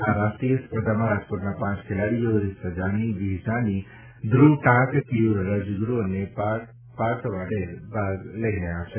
આ રાષ્ટ્રીય સ્પર્ધામાં રાજકોટના પ ખેલાડીઓ રીપ્સા જાની વિહ જાની ધ્રુવ ટાંક કેયુર રાજ્યગુરૂ અને પાર્થ વાઢેર ભાગ લઈ રહ્યા છે